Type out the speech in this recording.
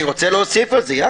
אני לא פחות רגיש מכם.